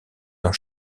dans